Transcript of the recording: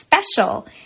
special